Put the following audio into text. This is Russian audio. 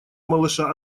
малыша